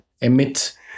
emit